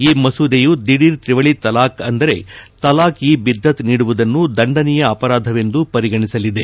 ಈ ಮಸೂದೆಯು ದಿಢೀರ್ ತ್ರಿವಳಿ ತಲಾಖ್ ಅಂದರೆ ತಲಾಖ್ ಇ ಬಿದ್ದತ್ ನೀಡುವುದನ್ನು ದಂಡನೀಯ ಅಪರಾಧವೆಂದು ಪರಿಗಣಿಸಲಿದೆ